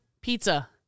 pizza